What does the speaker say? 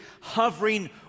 hovering